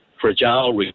fragile